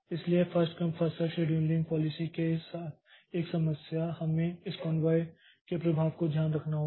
इसलिए यह first come first serve scheduling policy के साथ एक समस्या है हमें इस कॉन्वाय के प्रभाव का ध्यान रखना होगा